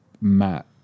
Matt